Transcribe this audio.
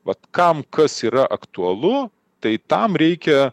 vat kam kas yra aktualu tai tam reikia